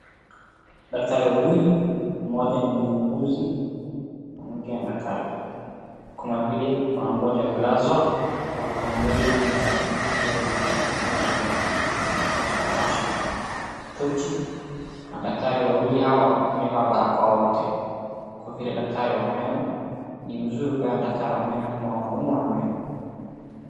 Daktari wawili, mmoja ni muuguzi na mwingine ni daktari, kuna vile mgonjwa amelazwa, wanamwangalia meno yake wakiwa mmoja anawasha tochi na daktari wawili hawa wamevaa barakoa wote kwa vile daktari wa meno, ni vizuri kuona daktari wa meno kama unaumwa na meno.